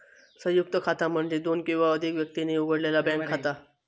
संयुक्त खाता म्हणजे दोन किंवा अधिक व्यक्तींनी उघडलेला बँक खाता